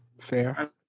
Fair